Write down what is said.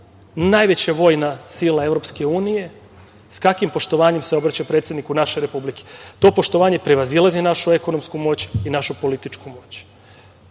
najveća vojna sila EU sa kakvim poštovanjem se obraća predsedniku naše Republike. To poštovanje prevazilazi našu ekonomsku moć i našu političku moć.